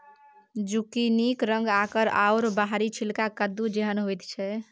जुकिनीक रंग आकार आओर बाहरी छिलका कद्दू जेहन होइत छै